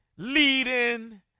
Leading